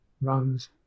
runs